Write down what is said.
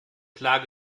klar